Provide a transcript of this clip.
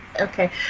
Okay